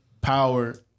power